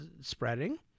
spreading